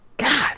God